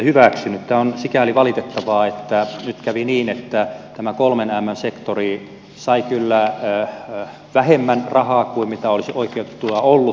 tämä on sikäli valitettavaa että nyt kävi niin että tämä kolmen mn sektori sai kyllä vähemmän rahaa kuin mitä olisi oikeutettua ollut